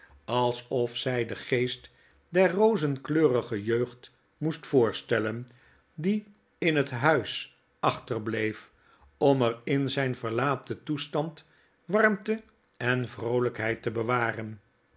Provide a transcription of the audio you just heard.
alsof zy den geest der rozenkleurige jeugd moest voorstellen die in het huis achterbleef om er in zijn verlaten toestand warmte en vroolijkheid te bewaren